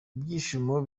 ibyishimo